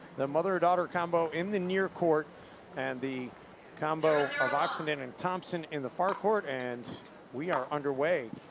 the mother-daughter combo in the near court and the combo of oxenden and thompson in the far court. and we are under way,